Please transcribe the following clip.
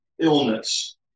illness